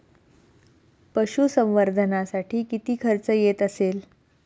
पशुसंवर्धनासाठी किती खर्च येत असेल?